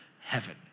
heaven